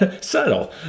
Subtle